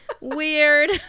weird